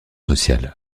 social